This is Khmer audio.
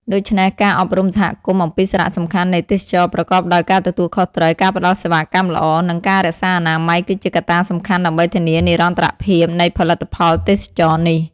ដូច្នេះ ការអប់រំសហគមន៍អំពីសារៈសំខាន់នៃទេសចរណ៍ប្រកបដោយការទទួលខុសត្រូវ ការផ្ដល់សេវាកម្មល្អ និងការរក្សាអនាម័យគឺជាកត្តាសំខាន់ដើម្បីធានានិរន្តរភាពនៃផលិតផលទេសចរណ៍នេះ។